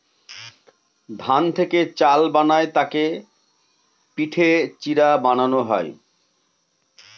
ধান থেকে চাল বানায় তাকে পিটে চিড়া বানানো হয়